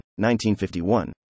1951